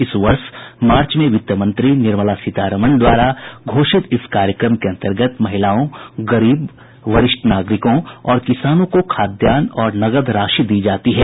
इस वर्ष मार्च में वित्तमंत्री निर्मला सीतारामन द्वारा घोषित इस कार्यक्रम के अंतर्गत महिलाओं गरीब वरिष्ठ नागरिकों और किसानों को खाद्यान्न और नकद राशि दी जाती है